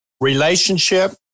relationship